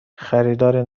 خریدار